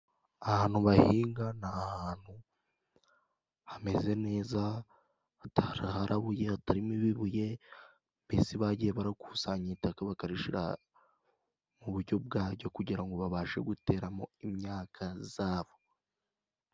Ahantu bahinga ni ahantu hameze neza, hataharabuye hatarimo ibibuye, mbesi bagiye barakusanya itaka bakarishyira mu buryo bwaryo, kugira ngo babashe guteramo imyaka yabo.